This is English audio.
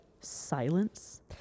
Silence